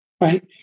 Right